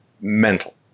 mental